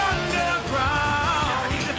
Underground